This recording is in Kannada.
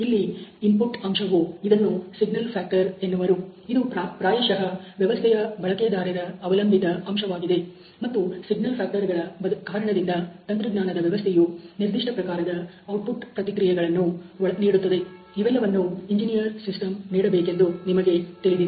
ಇಲ್ಲಿ ಇನ್ಪುಟ್ ಅಂಶವನ್ನು ಸಂಕೇತದ ಅಂಶಗಳು ಎನ್ನುವರು ಇದು ಪ್ರಾಯಶಃ ವ್ಯವಸ್ಥೆಯ ಬಳಕೆದಾರರ ಅವಲಂಬಿತ ಅಂಶವಾಗಿದೆ ಮತ್ತು ಸಂಕೇತದ ಅಂಶ'ಗಳ ಕಾರಣದಿಂದ ತಂತ್ರಜ್ಞಾನದ ವ್ಯವಸ್ಥೆಯು ನಿರ್ದಿಷ್ಟ ಪ್ರಕಾರದ ಔಟ್ಪುಟ್ ಪ್ರತಿಕ್ರಿಯೆಯಗಳನ್ನು ನೀಡುತ್ತದೆ ಇವೆಲ್ಲವನ್ನು ತಂತ್ರಜ್ಞಾನದ ವ್ಯವಸ್ಥೆಯು ನೀಡಬೇಕೆಂಬುದು ನಿಮಗೆ ತಿಳಿದಿದೆ